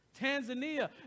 Tanzania